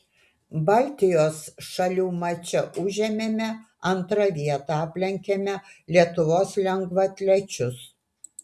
baltijos šalių mače užėmėme antrą vietą aplenkėme lietuvos lengvaatlečius